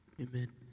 Amen